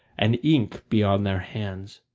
and ink be on their hands.